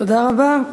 תודה רבה.